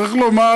צריך לומר